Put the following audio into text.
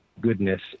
goodness